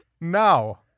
Now